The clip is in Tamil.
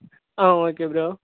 ah okay bro